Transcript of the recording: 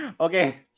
Okay